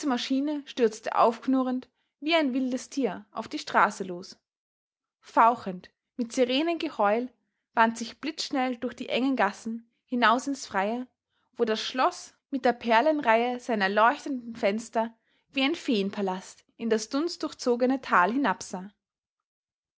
maschine stürzte aufknurrend wie ein wildes tier auf die straße los fauchend mit sirenengeheul wandt sie sich blitzschnell durch die engen gassen hinaus ins freie wo das schloß mit der perlenreihe seiner erleuchteten fenster wie ein feenpalast in das dunstdurchzogene tal hinabsah